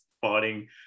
fighting